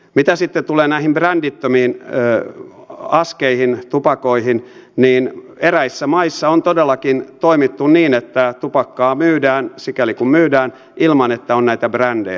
mitä sitten tulee näihin brändittömiin askeihin tupakoihin niin eräissä maissa on todellakin toimittu niin että tupakkaa myydään sikäli kuin myydään ilman että on näitä brändejä